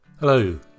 Hello